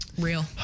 Real